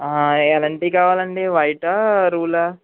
ఎలాంటియి కావాలండి వైటా రూలా